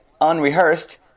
unrehearsed